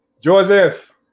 Joseph